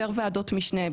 יותר ועדות משנה.